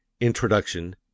Introduction